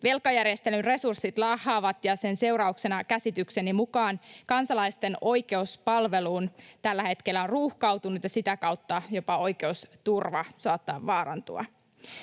Velkajärjestelyn resurssit laahaavat, ja sen seurauksena käsitykseni mukaan kansalaisten oikeus palveluun tällä hetkellä on ruuhkautunut ja sitä kautta jopa oikeusturva saattaa vaarantua.